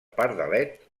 pardalet